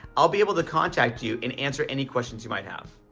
i'll be able to contact you and answer any questions you might have.